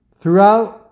throughout